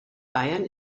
bayern